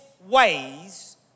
Ways